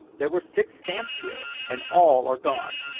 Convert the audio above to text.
there were six stamps here, and all are gone.